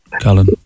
Colin